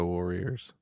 Warriors